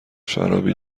شرابی